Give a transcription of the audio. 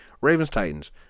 Ravens-Titans